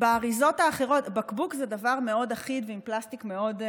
בקבוק זה דבר מאוד אחיד ועם פלסטיק מאוד,